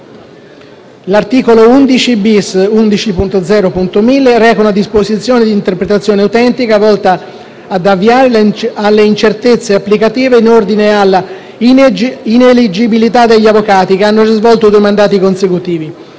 L'articolo 11-*bis* (emendamento 11.0.1000) reca una disposizione di interpretazione autentica volta a ovviare alle incertezze applicative in ordine alla ineleggibilità degli avvocati che hanno già svolto due mandati consecutivi.